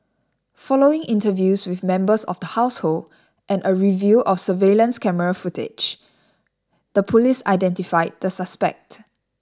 following interviews with members of the household and a review of surveillance camera footage the police identified the suspect